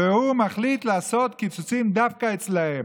והוא מחליט לעשות קיצוצים דווקא אצלם.